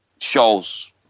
shows